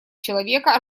человека